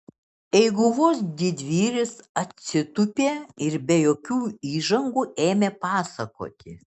eiguvos didvyris atsitūpė ir be jokių įžangų ėmė pasakoti